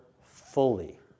fully